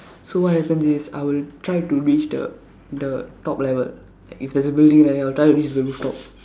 so what happens is I will try to reach the the top level like if there's a building right I'll try to reach the rooftop